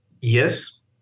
Yes